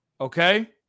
okay